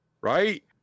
right